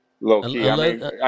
low-key